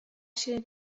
się